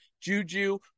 juju